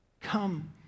Come